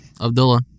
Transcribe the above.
Abdullah